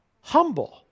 humble